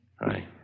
Hi